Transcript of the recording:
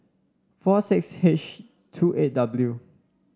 four six H two eight W